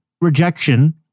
rejection